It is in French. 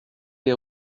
les